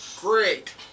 great